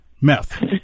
Meth